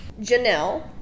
Janelle